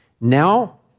Now